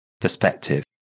perspective